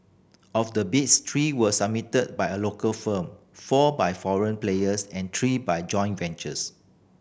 of the bids three were submitted by a local firm four by foreign players and three by joint ventures